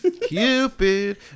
Cupid